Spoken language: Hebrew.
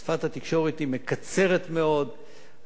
שפת התקשורת מקצרת מאוד,